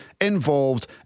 involved